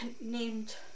named